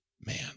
man